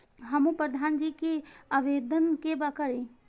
हमू प्रधान जी के आवेदन के करी?